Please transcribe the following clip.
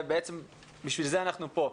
בעצם בשביל זה אנחנו פה.